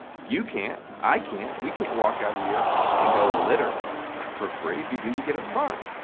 you can't, i can't. we can't walk out of here and go litter for free. if you do, you get a fine.